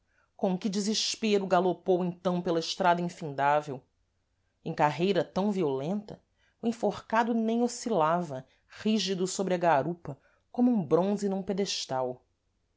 com que desespêro galopou então pela estrada infindável em carreira tam violenta o enforcado nem oscilava rígido sôbre a garupa como um bronze num pedestal